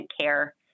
care